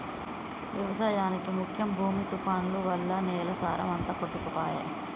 వ్యవసాయానికి ముఖ్యం భూమి తుఫాన్లు వల్ల నేల సారం అంత కొట్టుకపాయె